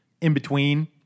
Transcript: in-between